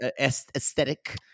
aesthetic